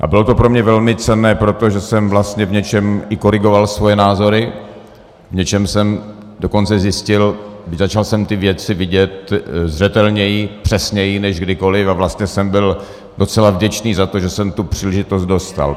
A bylo to pro mě velmi cenné, protože jsem vlastně v něčem i korigoval svoje názory, v něčem jsem dokonce zjistil, začal jsem ty věci vidět zřetelněji, přesněji než kdykoliv a vlastně jsem byl docela vděčný za to, že jsem tu příležitost dostal.